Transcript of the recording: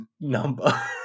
number